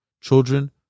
Children